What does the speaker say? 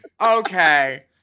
okay